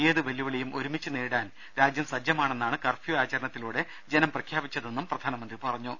ഏത് വെല്ലുവിളിയും ഒരുമിച്ച് നേരിടാൻ രാജ്യം സജ്ജമാണെന്നാണ് കർഫ്യൂ ആചരണത്തിലൂടെ ജനം പ്രഖ്യാപിച്ചതെന്ന് പ്രധാനമന്ത്രി പറഞ്ഞു